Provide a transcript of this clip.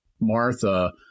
Martha